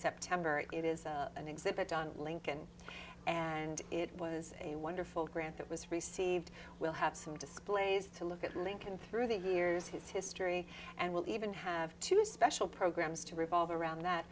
september it is an exhibit on lincoln and it was a wonderful grant that was received will have some displays to look at lincoln through the years his history and will even have two special programs to revolve